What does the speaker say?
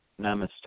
Namaste